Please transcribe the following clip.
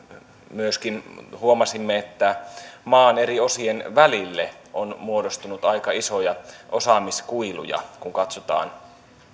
myöskin huomasimme että maan eri osien välille on muodostunut aika isoja osaamiskuiluja kun katsotaan